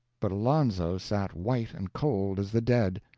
but alonzo sat white and cold as the dead.